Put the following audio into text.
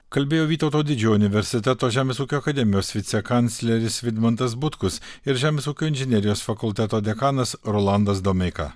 kalbėjo vytauto didžiojo universiteto žemės ūkio akademijos vicekancleris vidmantas butkus ir žemės ūkio inžinerijos fakulteto dekanas rolandas domeika